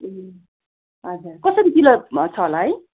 ए हजुर कसरी किलो छ होला है